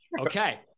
Okay